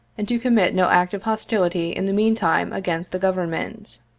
and to commit no act of hostility in the meantime against the government.